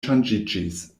ŝanĝiĝis